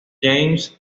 james